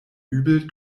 übel